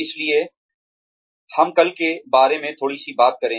इसलिए हम कल के बारे में थोड़ी सी बात करते हैं